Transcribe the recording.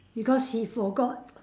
because he forgot